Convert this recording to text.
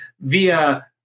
via